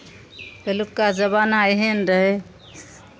पहिलुका जमाना एहन रहै